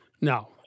No